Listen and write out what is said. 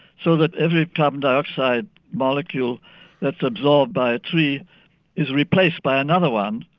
so that every carbon dioxide molecule that's absorbed by a tree is replaced by another one,